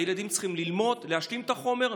הילדים צריכים ללמוד, להשלים את החומר.